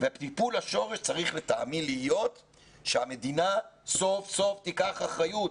טיפול השורש צריך לטעמי להיות שהמדינה סוף סוף תיקח אחריות.